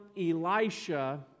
Elisha